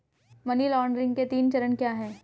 Money laundering के तीन चरण क्या हैं?